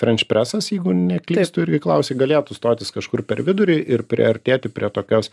frenč presas jeigu neklystu irgi klausei galėtų stotis kažkur per vidurį ir priartėti prie tokios